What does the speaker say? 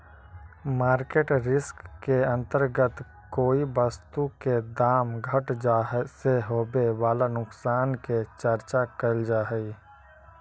market risk के अंतर्गत कोई वस्तु के दाम घट जाए से होवे वाला नुकसान के चर्चा कैल जा हई